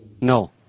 No